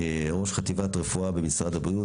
ראש חטיבת רפואה במשרד הבריאות,